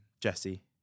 Jesse